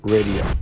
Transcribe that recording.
Radio